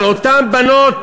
אבל אותן בנות